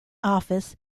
office